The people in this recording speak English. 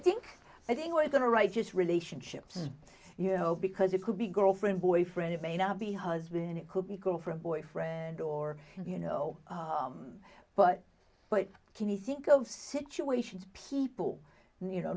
think i think we're going to write just relationships you know because it could be girlfriend boyfriend it may not be husband it could be call for a boyfriend or you know but but can he think of situations people you know